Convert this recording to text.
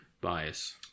bias